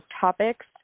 topics